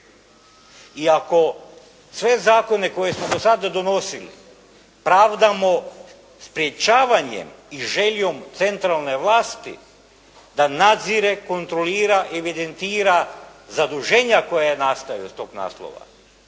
i ako sve zakone koje smo do sada donosili pravdamo sprječavanjem i željom centralne vlasti da nadzire, kontrolira, evidentira zaduženja koja nastaju s tog naslova.